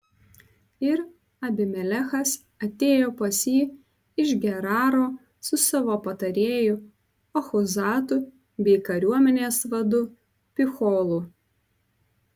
ir abimelechas atėjo pas jį iš geraro su savo patarėju achuzatu bei kariuomenės vadu picholu